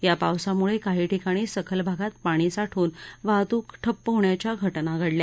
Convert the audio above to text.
या पावसामुळे काही ठिकाणी सखल भागात पाणी साठून वाहतूक ठप्प होण्याच्या घटना घडल्या